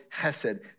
chesed